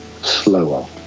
slower